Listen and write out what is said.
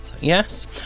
yes